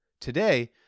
Today